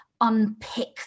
unpick